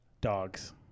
Dogs